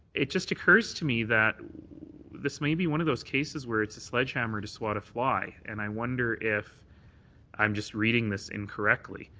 it just occurs to me that this may be one of those cases where it's sledge hamer to squat a fly and i wonder if i'm just reading this incorrectly.